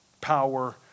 power